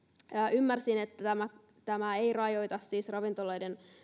ymmärsin että tämä tämä ei rajoita siis ravintoloiden